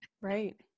Right